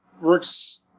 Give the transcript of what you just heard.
works